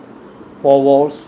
four walls